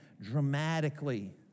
dramatically